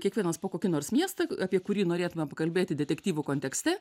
kiekvienas po kokį nors miestą apie kurį norėtume pakalbėti detektyvų kontekste